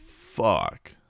fuck